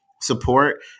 support